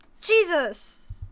Jesus